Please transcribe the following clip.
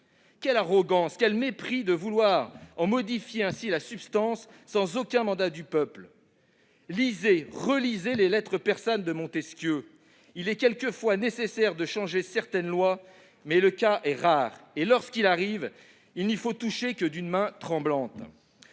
Quelle arrogance, quel mépris que de vouloir en modifier ainsi la substance, sans aucun mandat du peuple ! Relisez les de Montesquieu, monsieur le ministre :« il est quelquefois nécessaire de changer certaines lois. Mais le cas est rare ; et lorsqu'il arrive, il n'y faut toucher que d'une main tremblante